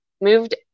moved